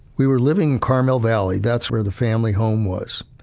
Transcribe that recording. we were living in carmel valley, that's where the family home was.